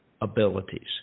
Abilities